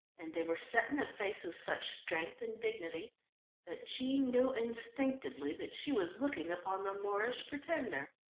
and they were set in a face of such strength and dignity that jean knew instinctively that she was looking upon the moorish pretender.